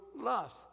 lust